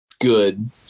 good